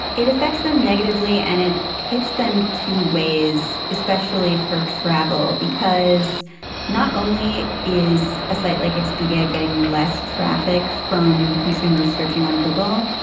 it affects them negatively and it hits them two ways, especially for travel, because not only is a site like expedia getting less traffic from consumers searching on google,